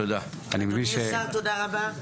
אדוני השר תודה רבה.